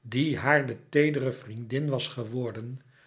die haar de teedere vriendin was geworden